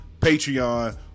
Patreon